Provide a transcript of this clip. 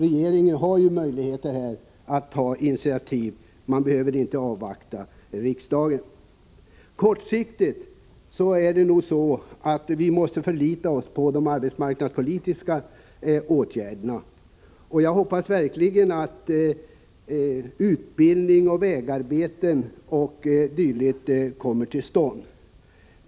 Regeringen har ju möjligheter att ta initiativ i det sammanhanget och behöver inte avvakta riksdagens ställningstagande. Kortsiktigt måste vi förlita oss på de arbetsmarknadspolitiska åtgärderna. — Nr 95 Jag hoppas verkligen att utbildning, vägarbeten o.d. kommer till stånd.